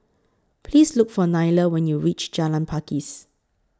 Please Look For Nylah when YOU REACH Jalan Pakis